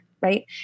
Right